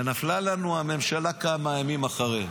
ונפלה לנו הממשלה כמה ימים אחרי.